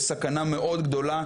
יש סכנה מאוד גדולה,